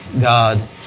God